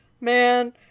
Man